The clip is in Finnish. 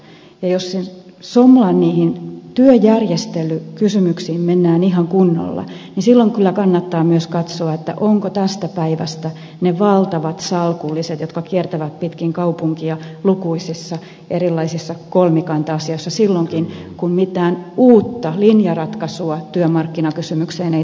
ja jos niihin somlan työjärjestelykysymyksiin mennään ihan kunnolla niin silloin kyllä kannattaa myös katsoa ovatko tästä päivästä ne valtavat salkulliset jotka kiertävät pitkin kaupunkia lukuisissa erilaisissa kolmikanta asioissa silloinkin kun mitään uutta linjaratkaisua työmarkkinakysymykseen ei tarvita